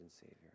Savior